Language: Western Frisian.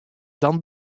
dan